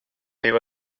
fyw